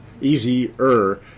easier